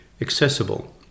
accessible